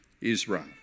Israel